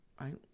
right